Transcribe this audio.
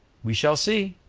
we shall see,